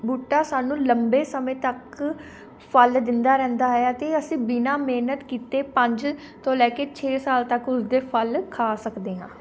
ਬੂਟਾ ਸਾਨੂੰ ਲੰਬੇ ਸਮੇਂ ਤੱਕ ਫ਼ਲ ਦਿੰਦਾ ਰਹਿੰਦਾ ਹੈ ਅਤੇ ਅਸੀਂ ਬਿਨਾ ਮਿਹਨਤ ਕੀਤੇ ਪੰਜ ਤੋਂ ਲੈ ਕੇ ਛੇ ਸਾਲ ਤੱਕ ਉਸਦੇ ਫ਼ਲ ਖਾ ਸਕਦੇ ਹਾਂ